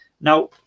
Now